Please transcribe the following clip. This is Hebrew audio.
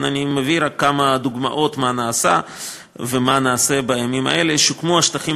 ואני מביא רק כמה דוגמאות למה שנעשָה ומה נעשֶׂה בימים אלה: שוקמו השטחים